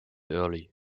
early